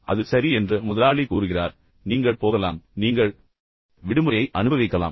எனவே அது சரி என்று முதலாளி கூறுவார் நீங்கள் போகலாம் நீங்கள் விடுமுறையை அனுபவிக்கலாம்